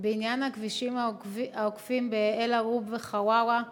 בעניין הכבישים העוקפים באל-ערוב וחווארה,